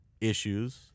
issues